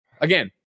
again